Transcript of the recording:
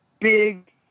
big